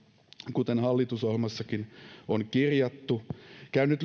kuten hallitusohjelmassakin on kirjattu käyn nyt